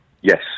Yes